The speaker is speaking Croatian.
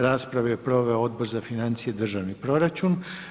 Raspravu je proveo Odbor za financije i državni proračun.